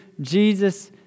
Jesus